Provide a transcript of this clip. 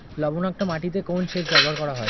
লবণাক্ত মাটিতে কোন সেচ ব্যবহার করা হয়?